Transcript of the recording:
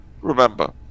Remember